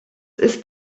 ist